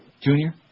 Junior